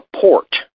port